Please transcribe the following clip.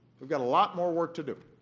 we've got a lot more work to do.